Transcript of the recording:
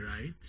right